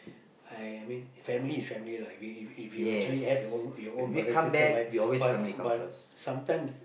I mean family is family lah if you if you actually have your your own brothers or sisters why but but sometimes